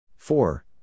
Four